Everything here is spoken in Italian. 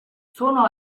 suonò